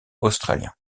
australiens